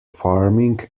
farming